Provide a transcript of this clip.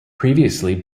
previously